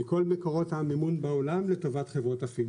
מכל מקורות המימון בעולם לטובת חברות הפינטק.